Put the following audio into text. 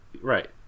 right